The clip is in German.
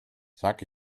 sag